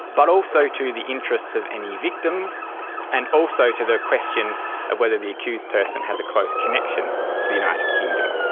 but also to the interests of any victims and also to the question of whether the accused person has a close connection to the united kingdom.